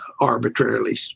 arbitrarily